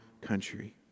country